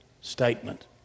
statement